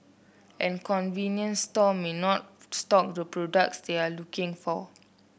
and convenience store may not stock the products they are looking for